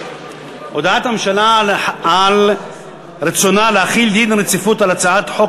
הודעת הממשלה על רצונה להחיל דין רציפות על הצעת חוק